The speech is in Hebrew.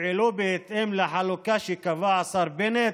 יפעלו בהתאם לחלוקה שקבע השר בנט?